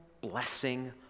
blessing